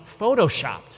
photoshopped